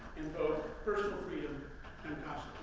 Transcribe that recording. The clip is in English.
and both personal freedom and